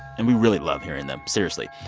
and we really love hearing them, seriously.